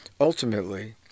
Ultimately